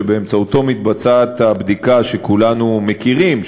שבאמצעותו מתבצעת הבדיקה שכולנו מכירים,